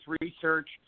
research